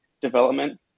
development